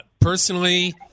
personally